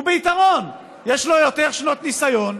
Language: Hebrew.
הוא ביתרון, יש לו יותר שנות ניסיון,